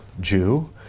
Jew